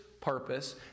purpose